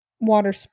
water